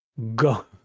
Go